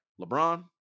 LeBron